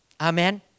Amen